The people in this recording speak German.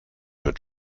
mit